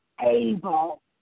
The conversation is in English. able